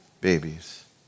babies